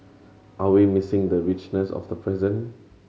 are we missing the richness of the present